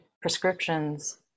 prescriptions